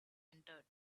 entered